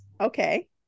Okay